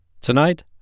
Tonight